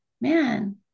man